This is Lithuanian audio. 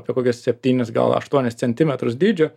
apie kokius septynis gal aštuonis centimetrus dydžio